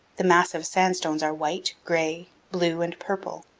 the massive sandstones are white, gray, blue, and purple,